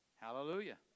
hallelujah